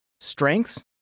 strengths